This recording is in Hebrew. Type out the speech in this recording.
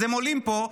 אז הם עולים לפה,